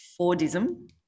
Fordism